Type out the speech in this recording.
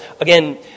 again